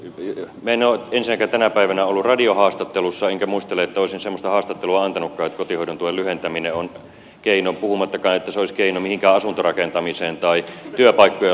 minä en ole ensinnäkään tänä päivänä ollut radiohaastattelussa enkä muistele että olisin semmoista haastattelua antanutkaan että kotihoidontuen lyhentäminen on keino puhumattakaan että se olisi keino mihinkään asuntorakentamiseen tai työpaikkojen luomiseen